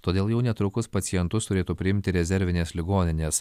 todėl jau netrukus pacientus turėtų priimti rezervinės ligoninės